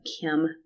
Kim